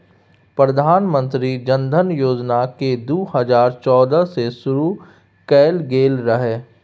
प्रधानमंत्री जनधन योजना केँ दु हजार चौदह मे शुरु कएल गेल रहय